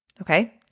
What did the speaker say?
Okay